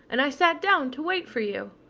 and i sat down to wait for you.